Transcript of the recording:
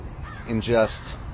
ingest